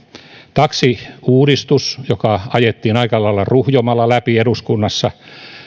taksiuudistus joka ajettiin aika lailla ruhjomalla läpi eduskunnassa